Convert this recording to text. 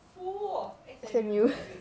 S_M_U